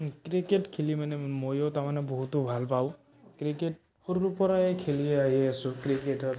cricket খেলি মানে ময়ো তাৰমানে বহুতো ভাল পাওঁ ক্ৰিকেট সৰুৰপৰাই খেলি আহি আছোঁ ক্ৰিকেটৰ